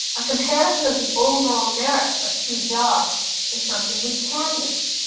a comparison of the overall merits of two jobs is something we can make,